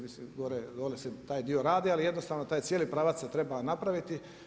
Mislim gore se taj dio radi, ali jednostavno taj cijeli pravac se treba napraviti.